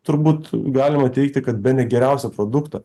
turbūt galima teigti kad bene geriausią produktą